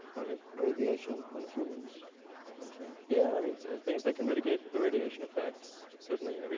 um me? radiation on humans a concern? yeah, i mean things that can mitigate the radiation effects, certainly. i mean